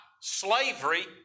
Slavery